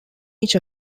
each